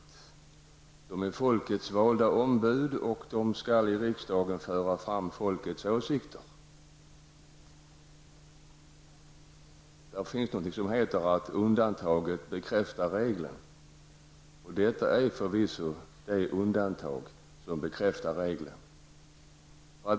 Ledamöterna är folkets valda ombud och skall i riksdagen föra fram folkets åsikter. Undantaget bekräftar regeln, heter det. Detta är förvisso det undantag som bekräftar regeln.